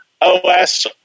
OS